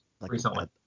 recently